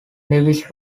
lewis